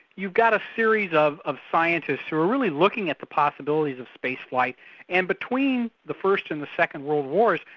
you've got a series of of scientists who are really looking at the possibilities of space flight and between the first and the second world wars,